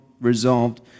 resolved